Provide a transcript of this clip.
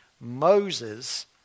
Moses